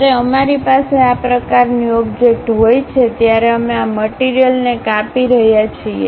જ્યારે અમારી પાસે આ પ્રકારની ઓબ્જેક્ટ હોય છે ત્યારે અમે આ મટીરીયલને કાપી રહ્યા છીએ